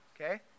Okay